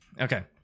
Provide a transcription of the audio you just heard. Okay